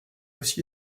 aussi